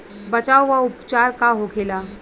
बचाव व उपचार का होखेला?